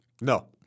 No